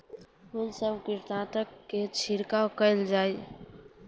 कून सब कीटनासक के छिड़काव केल जाय?